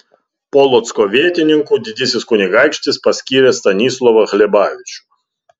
polocko vietininku didysis kunigaikštis paskyrė stanislovą hlebavičių